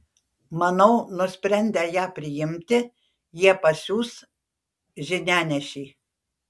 manau nusprendę ją priimti jie pasiųs žinianešį